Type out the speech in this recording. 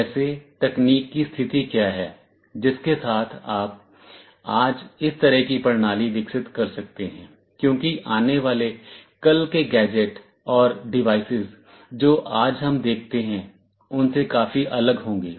जैसे तकनीक की स्थिति क्या है जिसके साथ आप आज इस तरह की प्रणाली विकसित कर सकते हैं क्योंकि आने वाले कल के गैजेट और डिवाइस जो आज हम देखते हैं उनसे काफी अलग होंगे